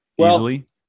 Easily